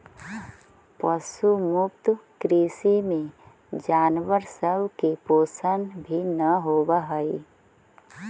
पशु मुक्त कृषि में जानवर सब के शोषण भी न होब हई